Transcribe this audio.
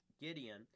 Gideon